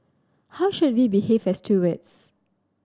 how should we behave as towards